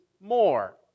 more